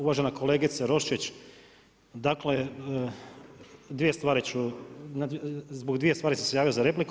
Uvažena kolegice Roščić, dakle dvije stvari ću, zbog dvije stvari sam se javio za repliku.